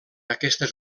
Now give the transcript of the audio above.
aquestes